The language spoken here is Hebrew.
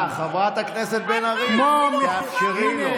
לא היה משפט אחד שאמרת,